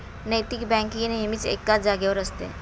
नैतिक बँक ही नेहमीच एकाच जागेवर असते